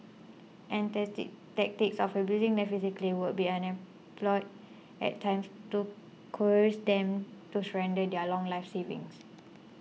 and tactics of abusing them physically would be unemployed at times to coerce them to surrender their lifelong savings